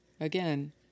again